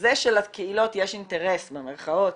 זה שלקהילות יש אינטרס במירכאות